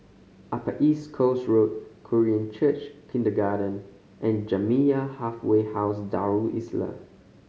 Upper East Coast Road Korean Church Kindergarten and Jamiyah Halfway House Darul Islah